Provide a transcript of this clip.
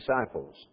disciples